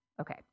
Okay